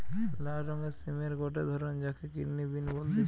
লাল রঙের সিমের গটে ধরণ যাকে কিডনি বিন বলতিছে